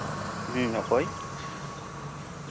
ᱚᱠᱚᱭ